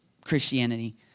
Christianity